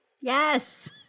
Yes